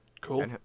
Cool